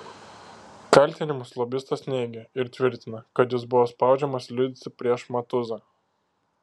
kaltinimus lobistas neigia ir tvirtina kad jis buvo spaudžiamas liudyti prieš matuzą